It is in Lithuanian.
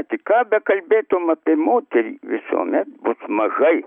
ką bekalbėti tu matai moteriai visuomet bus mažai